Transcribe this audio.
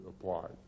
applied